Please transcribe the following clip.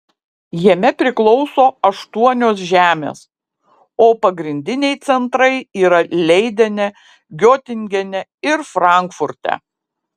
jame priklauso aštuonios žemės o pagrindiniai centrai yra leidene giotingene ir frankfurte